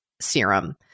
serum